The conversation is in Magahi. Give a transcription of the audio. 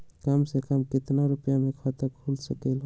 कम से कम केतना रुपया में खाता खुल सकेली?